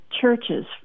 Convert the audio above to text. churches